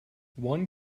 one